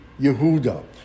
Yehuda